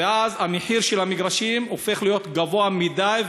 ואז מחיר המגרשים הופך להיות גבוה מדי,